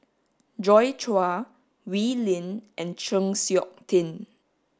Joi Chua Wee Lin and Chng Seok Tin